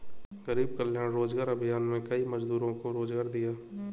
गरीब कल्याण रोजगार अभियान में कई मजदूरों को रोजगार दिया